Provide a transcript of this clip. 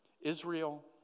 Israel